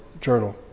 Journal